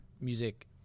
music